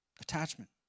Attachment